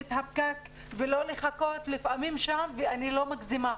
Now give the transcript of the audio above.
את הפקק ולא לחכות לפעמים שם ואני לא מגזימה,